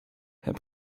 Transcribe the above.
herr